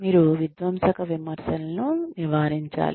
మీరు విధ్వంసక విమర్శలను నివారించాలి